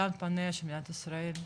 לאן פניה של מדינת ישראל,